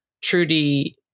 Trudy